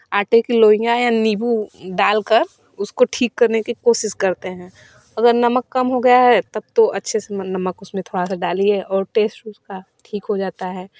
आटे की लोइयाँ या नींबू डालकर उसको ठीक करने की कोशिश करते हैं अगर नमक कम हो गया है तब तो अच्छे से नमक उसमें थोड़ा सा डालिए और टेस्ट उसका ठीक हो जाता है